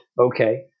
okay